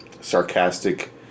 sarcastic